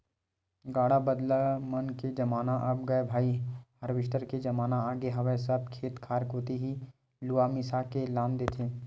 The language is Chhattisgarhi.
गाड़ा बदला मन के जमाना अब गय भाई हारवेस्टर के जमाना आगे हवय सब खेत खार कोती ही लुवा मिसा के लान देथे